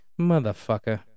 Motherfucker